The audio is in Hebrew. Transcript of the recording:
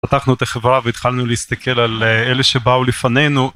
פתחנו את החברה והתחלנו להסתכל על אלה שבאו לפנינו.